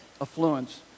affluence